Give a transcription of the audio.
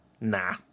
Nah